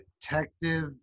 detective